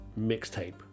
mixtape